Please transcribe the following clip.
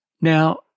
Now